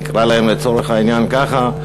נקרא להם לצורך העניין כך,